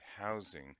housing